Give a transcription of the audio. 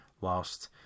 whilst